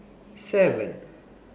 seven